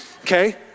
okay